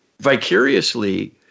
vicariously